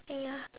!aiya!